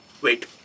Wait